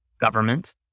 government